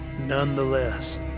nonetheless